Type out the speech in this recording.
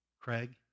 Craig